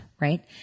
right